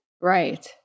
Right